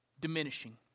diminishing